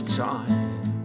time